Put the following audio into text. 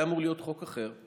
היה אמור להיות חוק אחר,